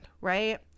right